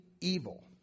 evil